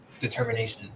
determination